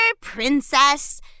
princess